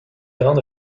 grande